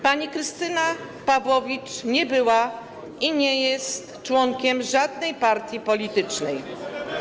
Pani Krystyna Pawłowicz nie była i nie jest członkiem żadnej partii politycznej.